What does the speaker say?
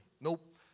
Nope